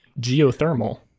geothermal